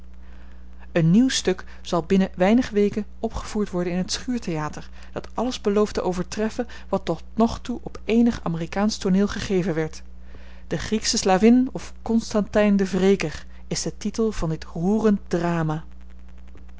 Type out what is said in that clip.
een nieuw stuk zal binnen weinig weken opgevoerd worden in het schuur theater dat alles belooft te overtreffen wat tot nog toe op eenig amerikaansch tooneel gegeven werd de grieksche slavin of constantijn de wreker is de titel van dit roerend drama